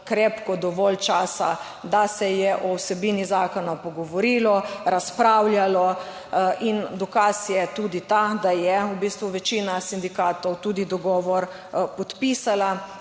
krepko dovolj časa, da se je o vsebini zakona pogovorilo, razpravljalo in dokaz je tudi ta, da je v bistvu večina sindikatov tudi dogovor podpisala